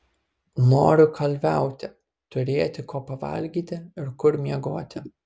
noriu kalviauti turėti ko pavalgyti ir kur miegoti